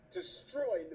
destroy